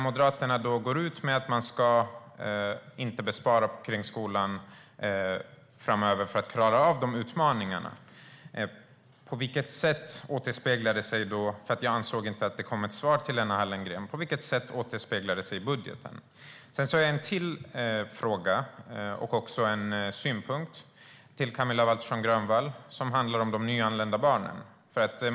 Moderaterna går ut med att man inte ska spara på skolan framöver för att man ska klara av utmaningarna. På vilket sätt återspeglas detta i budgeten? Jag anser inte att Lena Hallengren fick något svar om detta. Jag har också en till fråga och en synpunkt som jag vill framföra för Camilla Waltersson Grönvall. Det handlar om de nyanlända barnen.